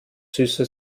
süße